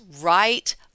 right